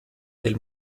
del